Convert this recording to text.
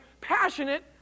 passionate